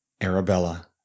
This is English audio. Arabella